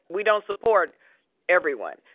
we don't support everyone,